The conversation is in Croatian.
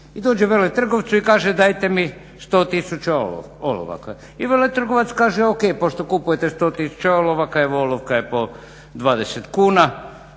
i dođe veletrgovcu i kaže dajte mi 100 tisuća olovaka i veletrgovac kaže ok, pošto kupujete 100 tisuća olovaka evo olovka je po 20 kuna,